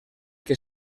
que